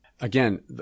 again